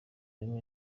wema